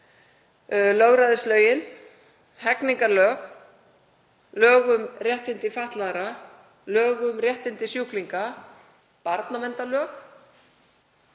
lögræðislög, hegningarlög, lög um réttindi fatlaðra, lög um réttindi sjúklinga, barnaverndarlög,